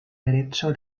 derecho